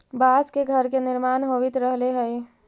बाँस से घर के निर्माण होवित रहले हई